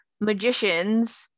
magicians